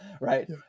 right